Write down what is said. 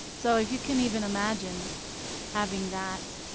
so if you can even imagine having that